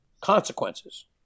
consequences